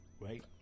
right